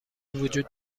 وجود